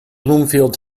bloomfield